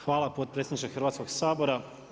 Hvala, potpredsjedniče Hrvatskog sabora.